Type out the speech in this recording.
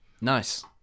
Nice